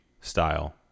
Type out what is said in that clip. style